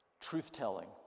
Truth-telling